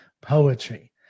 poetry